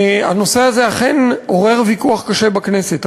הנושא הזה אכן עורר ויכוח קשה בכנסת.